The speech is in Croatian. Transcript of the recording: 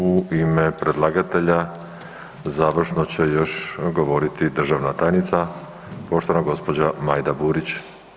U ime predlagatelja završno će još govoriti državna tajnica poštovana gospođa Majda Burić.